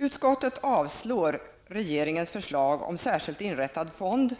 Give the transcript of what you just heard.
Utskottet avstyrker regeringens förslag om en särskild inrättad fond